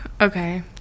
okay